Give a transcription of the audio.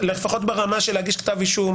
לפחות ברמה של להגיש כתב אישום,